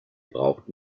braucht